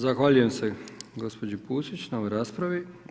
Zahvaljujem se gospođi Pusić na ovoj raspravi.